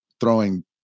throwing